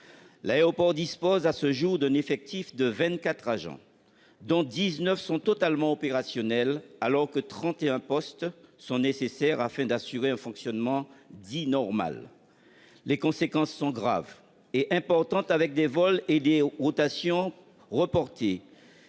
L'aéroport dispose à ce jour d'un effectif de 24 agents, dont 19 sont totalement opérationnels, alors que 31 postes sont nécessaires pour assurer un fonctionnement dit normal. Les conséquences sont graves et importantes : des vols et rotations reportés,